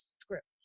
script